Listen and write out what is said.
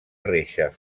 reixa